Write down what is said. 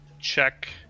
check